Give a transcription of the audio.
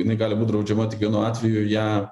jinai gali būt draudžiama tik vienu atveju ją